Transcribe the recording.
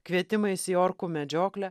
kvietimais į orkų medžioklę